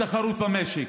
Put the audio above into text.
ותחרות במשק,